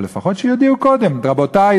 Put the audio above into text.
אבל לפחות שיודיעו קודם: רבותי,